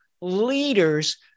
leaders